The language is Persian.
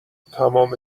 تمام